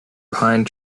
pine